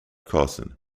carson